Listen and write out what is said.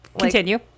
continue